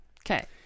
Okay